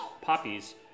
poppies